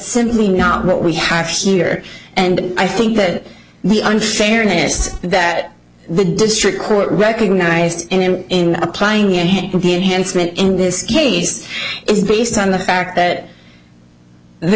simply not what we have here and i think that the unfairness that the district court recognized in applying in the hands meant in this case is based on the fact that the